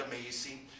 amazing